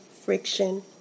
friction